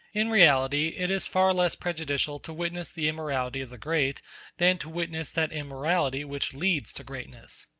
in reality it is far less prejudicial to witness the immorality of the great than to witness that immorality which leads to greatness.